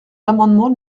l’amendement